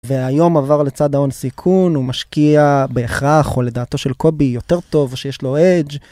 והיום עבר לצד ההון-סיכון, הוא משקיע בהכרח, או לדעתו של קובי, יותר טוב, או שיש לו אדג'